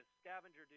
scavenger